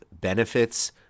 benefits